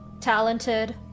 talented